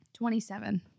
27